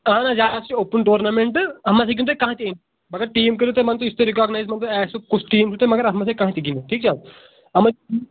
اَہن حظ یہِ حظ چھِ اوٚپُن ٹورنامٮ۪نٛٹ اَتھ منٛز ہیٚکوُن تُہۍ کانٛہہ تہِ مگر ٹیٖم کٔرِو تِمَن تُہۍ یُس تُہۍ رِکاگنایز آسوُ کُس ٹیٖم چھُ تُہۍ مگر اَتھ منٛز ہیٚکہِ کانٛہہ تہِ گِنٛدِتھ ٹھیٖک حظ